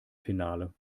finale